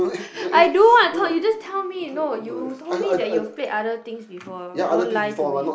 I do want to talk no you tell me no you told me that you've played other things before don't lie to me